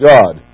God